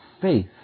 faith